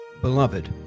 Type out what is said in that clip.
beloved